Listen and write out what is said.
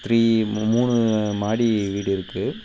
three மூணு மாடி வீடு இருக்குது